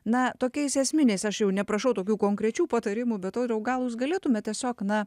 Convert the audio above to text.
na tokiais esminiais aš jau neprašau tokių konkrečių patarimų bet audriau gal jūs galėtumėt tiesiog na